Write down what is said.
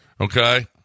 Okay